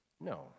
no